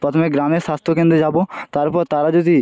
প্রথমে গ্রামের স্বাস্থ্যকেন্দ্রে যাব তারপর তারা যদি